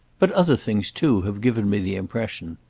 but other things too have given me the impression.